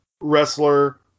wrestler